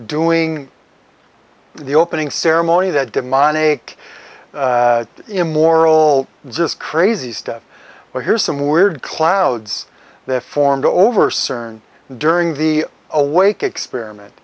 doing the opening ceremony that demonic immoral and just crazy stuff well here's some weird clouds that formed over cern during the awake experiment